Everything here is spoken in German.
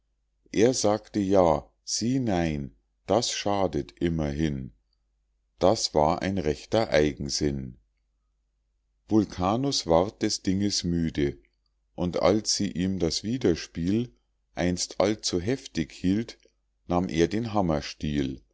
er sagte ja sie nein das schadet immerhin das war ein rechter eigensinn vulkanus ward des dinges müde und als sie ihm das widerspiel einst allzu heftig hielt nahm er den hammerstiel